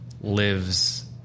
lives